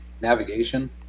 navigation